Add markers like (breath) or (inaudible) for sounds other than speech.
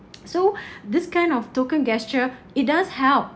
(noise) so (breath) this kind of token gesture it does help